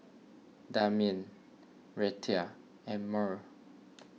Damian Reta and Murl